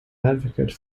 advocate